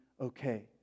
okay